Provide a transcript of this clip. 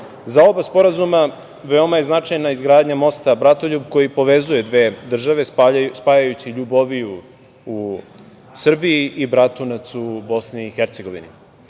oba Sporazuma veoma je značajna izgradnja mosta Bratoljub, koji povezuje dve države spajajući Ljuboviju u Srbiji i Bratunac u BiH. Srbija